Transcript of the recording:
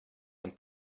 and